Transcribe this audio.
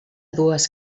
dues